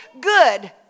good